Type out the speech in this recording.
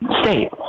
state